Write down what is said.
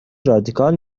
رادیکال